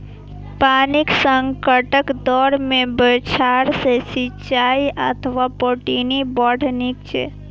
पानिक संकटक दौर मे बौछार सं सिंचाइ अथवा पटौनी बड़ नीक छै